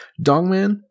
Dongman